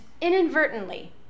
inadvertently